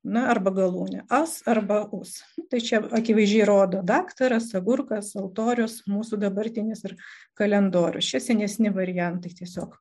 na arba galūnę as abra us tai čia akivaizdžiai rodo daktaras agurkas altorius mūsų dabartinis ir kalendorius čia senesni variantai tiesiog